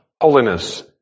holiness